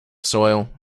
soil